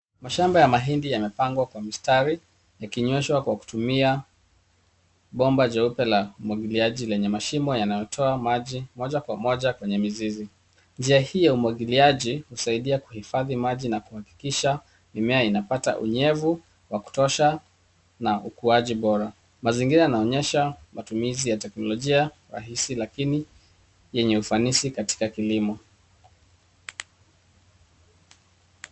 Mashamba ya mahindi yamepangwa kwa mstari, yakinyweshwa kwa kutumia bomba jeupe la umwagiliaji lenye mashimo yanayotoa maji moja kwa moja kwenye mizizi. Njia hii ya umwagiliaji husaidia kuhifadhi maji na kuhakikisha mimea inapata unyevu wa kutosha na ukuaji bora. Mazingira yanaonyesha matumizi ya teknolojia rahisi lakini yenye ufanisi katika kilimo.